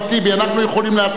אנחנו יכולים לעשות הכול.